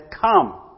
come